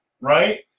right